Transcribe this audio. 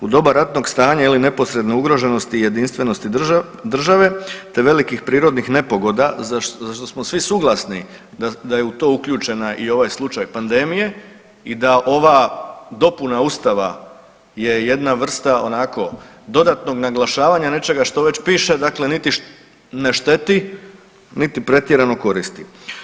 U doba ratnog stanja ili neposredne ugroženosti i jedinstvenosti države, te velikih prirodnih nepogoda, za što smo svi suglasni da je u to uključena i ovaj slučaj pandemije i da ova dopuna Ustava je jedna vrsta onako dodatnog naglašavanja nečeg što već piše, dakle niti ne šteti, niti pretjerano koristi.